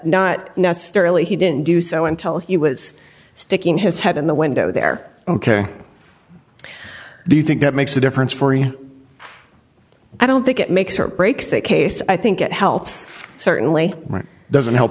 not necessarily he didn't do so until he was sticking his head in the window there ok do you think that makes a difference for i don't think it makes or breaks the case i think it helps certainly doesn't help